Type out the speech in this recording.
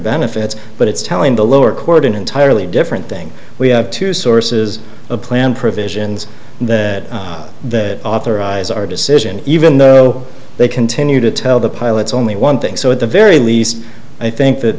benefits but it's telling the lower court an entirely different thing we have two sources of plan provisions and that the authorize our decision even though they continue to tell the pilots only one thing so at the very least i think that